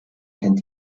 kennt